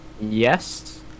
yes